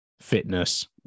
fitness